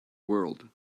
world